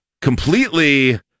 completely